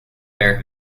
bear